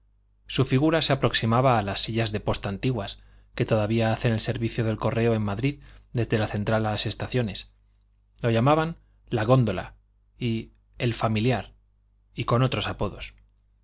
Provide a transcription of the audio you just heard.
su figura se aproximaba a las sillas de posta antiguas que todavía hacen el servicio del correo en madrid desde la central a las estaciones lo llamaban la góndola y el familiar y con otros apodos